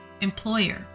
Employer